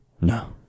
no